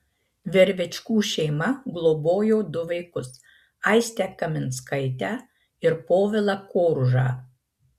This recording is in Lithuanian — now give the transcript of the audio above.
vervečkų šeima globojo du vaikus aistę kaminskaitę ir povilą koružą